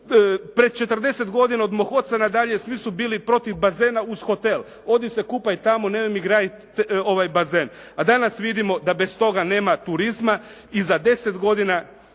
Pred 40 godina od mog oca na dalje svi su bili protiv bazena uz hotel. «Odi se kupaj tamo, nemoj mi graditi bazen». A danas vidimo da bez toga nema turizma i za 10 godina